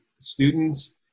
students